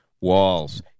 Walls